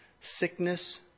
sickness